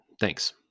Thanks